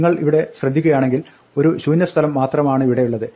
നിങ്ങൾ ഇവിടെ ശ്രദ്ധിക്കുകയാണെങ്കിൽ ഒരു ശൂന്യ സ്ഥലം മാത്രമാണിവിടെയുള്ളത്